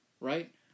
right